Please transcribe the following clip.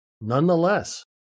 nonetheless